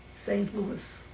st. louis,